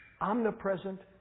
omnipresent